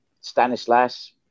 Stanislas